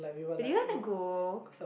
do you want to go